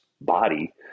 body